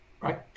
Right